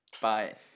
Bye